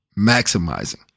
maximizing